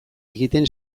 egiten